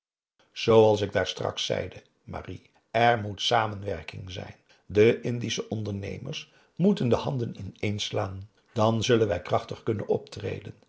zooals ik daar straks zeide marie er moet samenwerking zijn de indische ondernemers moeten de handen ineenslaan dàn zullen wij krachtig kunnen optreden